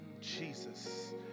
Jesus